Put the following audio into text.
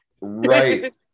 Right